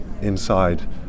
inside